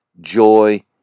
joy